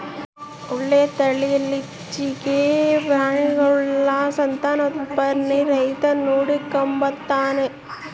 ಒಳ್ಳೆ ತಳೀಲಿಚ್ಚೆಗೆ ಪ್ರಾಣಿಗುಳ ಸಂತಾನೋತ್ಪತ್ತೀನ ರೈತ ನೋಡಿಕಂಬತಾನ